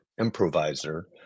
improviser